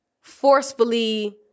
forcefully